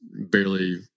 barely